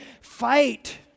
Fight